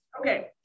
Okay